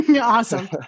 Awesome